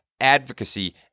advocacy